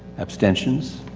abstentions.